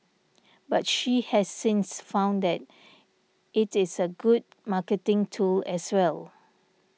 but she has since found that it is a good marketing tool as well